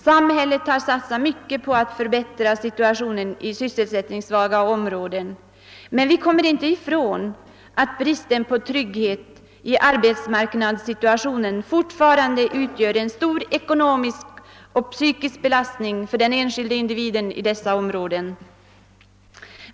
Samhället har satsat mycket på att förbättra situationen i sysselsättningssvaga områden, men vi kommer inte ifrån att otryggheten på arbetsmarknaden fortfarande utgör en stor ekonomisk och psykisk belastning för den enskilde individen i dessa områden.